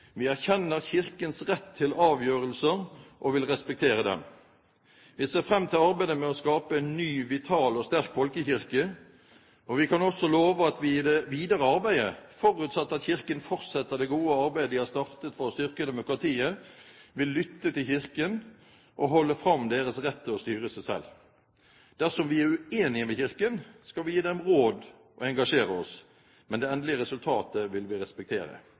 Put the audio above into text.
Vi erkjenner Kirkens rett til avgjørelser og vil respektere dem. Vi ser fram til arbeidet med å skape en ny, vital og sterk folkekirke. Vi kan også love at vi i det videre arbeidet, forutsatt at Kirken fortsetter det gode arbeidet de har startet for å styrke demokratiet, vil lytte til Kirken og holde fram deres rett til å styre seg selv. Dersom vi er uenige med Kirken, skal vi gi dem råd og engasjere oss, men det endelige resultat vil vi respektere.